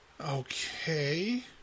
Okay